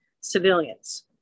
civilians